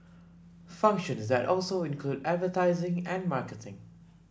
functions that also include advertising and marketing